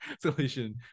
solution